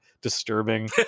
disturbing